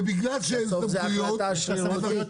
ובגלל שאין סמכויות --- בסוף זה החלטה שרירותית.